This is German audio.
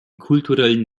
kulturellen